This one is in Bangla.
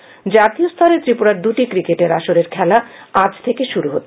ক্রিকেট জাতীয় স্তরের ত্রিপুরার দুটি ক্রিকেটের আসরের খেলা আজ থেকে শুরু হচ্ছে